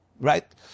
right